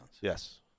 Yes